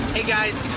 hey guys!